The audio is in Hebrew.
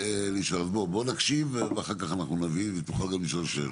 בוא נקשיב ואחר כך אנחנו נבין ותוכל גם לשאול שאלות.